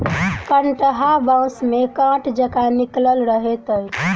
कंटहा बाँस मे काँट जकाँ निकलल रहैत अछि